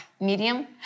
medium